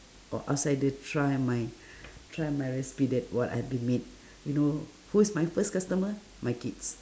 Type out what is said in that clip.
or outsider try my try my recipe that what I've been made you know who's my first customer my kids